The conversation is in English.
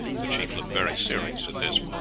the chief looked very serious at this.